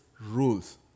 rules